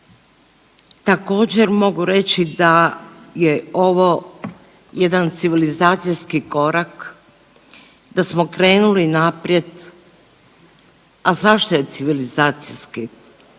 Također, mogu reći da je ovo jedan civilizacijski korak, da smo krenuli naprijed. A zašto je civilizacijski